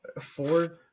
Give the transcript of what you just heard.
Four